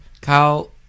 Kyle